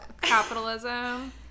capitalism